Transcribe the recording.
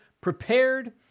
prepared